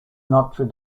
notre